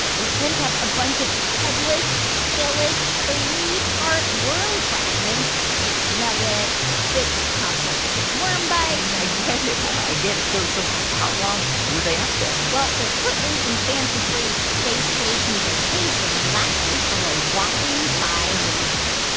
they sent up a bunch of headless, tailless three-part worm fragments or wiggling nuggets, or bits of chopped up, living worm bites, or. i get it, i get it. so so how long were they up there? well, their footloose and fancy-free space station vacation lasted for a whopping five weeks oh,